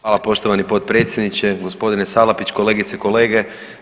Hvala poštovani potpredsjedniče, gospodine Salapić, kolegice i kolege.